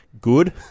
good